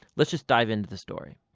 let's just dive into the story.